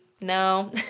no